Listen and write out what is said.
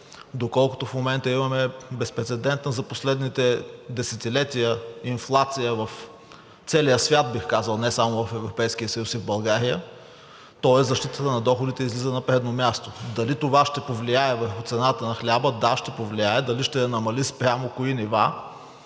доколкото в момента имаме безпрецедентна за последните десетилетия инфлация в целия свят, бих казал, не само в Европейския съюз и в България, тоест защитата на доходите излиза на предно място. Дали това ще повлияе върху цената на хляба? Да, ще повлияе. Дали ще я намали спрямо кои нива?